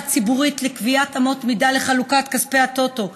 הציבורית לקביעת אמות מידה לחלוקת כספי הטוטו,